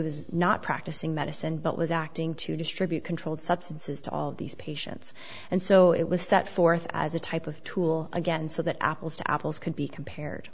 was not practicing medicine but was acting to distribute controlled substances to all these patients and so it was set forth as a type of tool again so that apples to apples can be compared